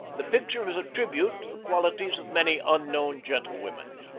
the picture is a tribute to the qualities of many unknown gentlewomen.